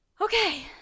okay